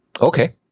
Okay